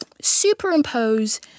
superimpose